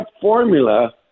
formula